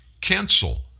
cancel